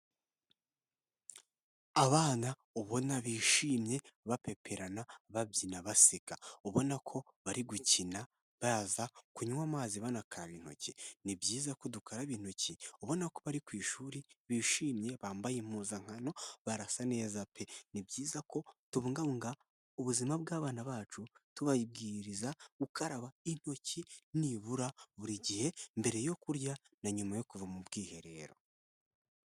Abana ubona bishimye bapeperana babyina baseka, ubona ko bari gukina baza kunywa amazi banakaraba intoki, ni byiza ko dukaraba intoki ubona ko bari ku ishuri bishimye bambaye impuzankano barasa neza pe. Ni byiza ko tubungabunga ubuzima bw'abana bacu tubabwiriza gukaraba intoki nibura buri gihe mbere yo kurya na nyuma yo kuva mu bwiherero.